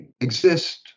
exist